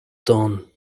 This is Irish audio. donn